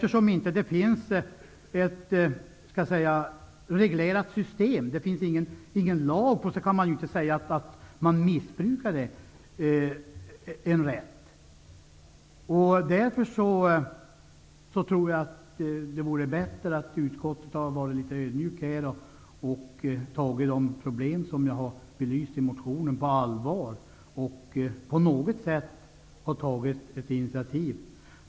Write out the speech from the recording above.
När det inte finns ett reglerat system, inte finns någon lag, kan man inte säga att en rätt missbrukas. Det hade varit bättre om utskottet hade varit litet ödmjukt och tagit de problem som vi har belyst i motionen på allvar. Utskottet kunde på något sätt ha tagit ett initiativ.